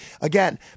Again